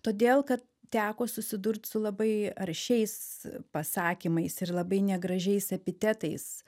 todėl ka teko susidurt su labai aršiais pasakymais ir labai negražiais epitetais